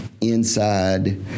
inside